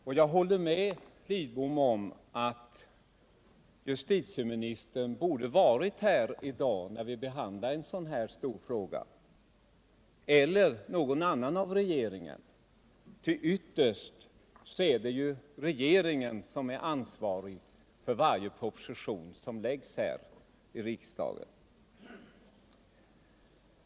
Och jag håller med Carl Lidbom om att i dag, när vi behandlar en sådan fråga, borde justitieministern eller någon annan i regeringen varit här — ytterst är ju regeringen ansvarig för de propositioner som framläggs.